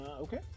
okay